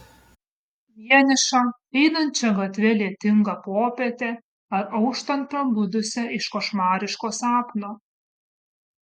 vienišą einančią gatve lietingą popietę ar auštant prabudusią iš košmariško sapno